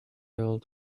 old